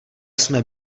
jsme